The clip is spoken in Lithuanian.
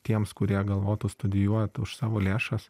tiems kurie galvotų studijuot už savo lėšas